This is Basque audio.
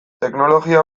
teknologia